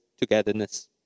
togetherness